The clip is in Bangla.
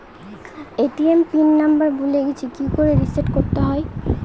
এ.টি.এম পিন নাম্বার ভুলে গেছি কি করে রিসেট করতে হয়?